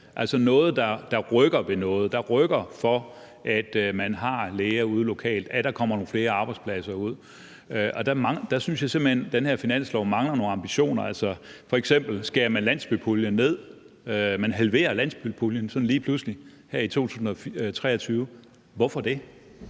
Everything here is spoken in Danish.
altså noget, der rykker ved noget, noget, der rykker, i forhold til at man har læger ude lokalt, at der kommer nogle flere arbejdspladser ud, og der synes jeg simpelt hen, at den her finanslov mangler nogle ambitioner. F.eks. skærer man landsbypuljen ned; man halverer landsbypuljen sådan lige pludselig her i 2023. Hvorfor det?